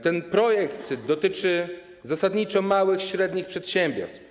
Ten projekt dotyczy zasadniczo małych, średnich przedsiębiorstw.